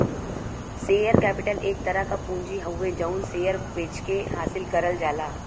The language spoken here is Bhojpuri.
शेयर कैपिटल एक तरह क पूंजी हउवे जौन शेयर बेचके हासिल करल जाला